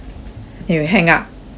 you hang up